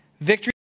victory